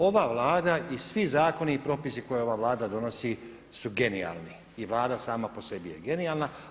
Ova Vlada i svi zakoni i propisi koje ove Vlada donosi su genijalni i Vlada sama po sebi je genijalna.